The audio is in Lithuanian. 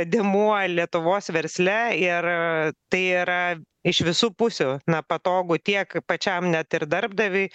dėmuo lietuvos versle ir tai yra iš visų pusių na patogu tiek pačiam net ir darbdaviui